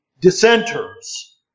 dissenters